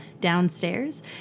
downstairs